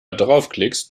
draufklickst